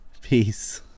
Peace